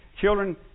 children